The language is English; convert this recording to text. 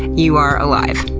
you are alive.